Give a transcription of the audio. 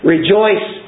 Rejoice